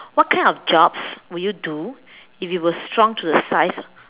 what kind of jobs would you do if you were shrunk to the size